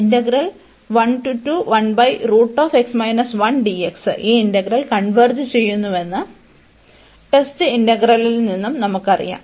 integral ഈ integral converge ചെയ്യുന്നുവെന്ന് test ഇന്റഗ്രലിൽ നിന്ന് നമുക്കറിയാം